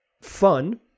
fun